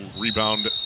Rebound